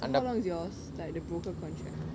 how long is yours the broker contract